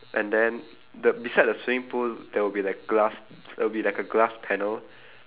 and then the beside the swimming pool there will be like glass there will be like a glass panel